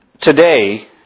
today